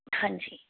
ਹਾਂਜੀ